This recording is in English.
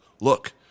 look